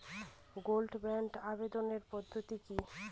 Gold বন্ডে আবেদনের পদ্ধতিটি কি?